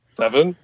seven